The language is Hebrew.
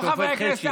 בשופט חשין.